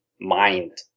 mind